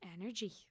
energy